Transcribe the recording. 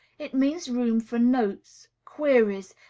it means room for notes, queries,